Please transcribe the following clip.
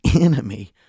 enemy